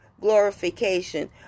glorification